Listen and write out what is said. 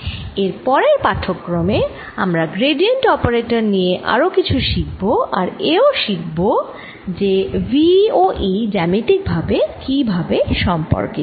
এর পরের পাঠক্রমে আমরা গ্রেডিয়েন্ট অপারেটর নিয়ে আরো কিছু শিখব আর এও শিখব যে v ও E জ্যামিতিক ভাবে কি ভাবে সম্পর্কিত